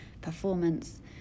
performance